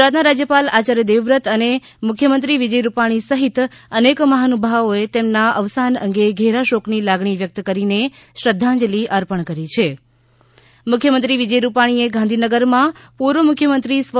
ગુજરાતના રાજ્યપાલ આચાર્ય દેવવ્રત અને મુખ્યમંત્રી વિજય રૂપાણી સહિત અનેક મહાનુભાવોએ તેમના અવસાન અંગે ઘેરા શોકની લાગણી વ્યકત કરી શ્રધ્ધાંજલી અર્પણ કરી છી મુખ્યમંત્રી વિજય રૂપાણી એ ગાંધીનગરમાં પૂર્વ મુખ્યમત્રી સ્વ